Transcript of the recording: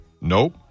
Nope